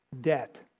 debt